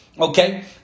Okay